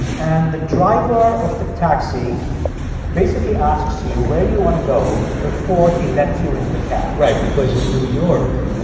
and the driver of the taxi basically asks you where you want to go before he lets you into the cab right because in new york